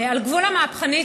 היא על גבול המהפכנית,